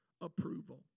approval